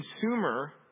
consumer